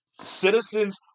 Citizens